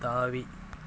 தாவி